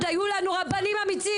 שבעבר עוד היו לנו רבנים אמיצים,